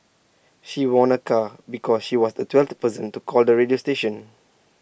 she won A car because she was the twelfth person to call the radio station